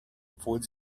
obwohl